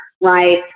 right